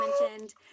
mentioned